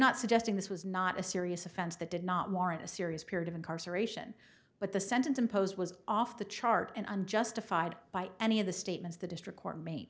not suggesting this was not a serious offense that did not warrant a serious period of incarceration but the sentence imposed was off the chart and unjustified by any of the statements the district court me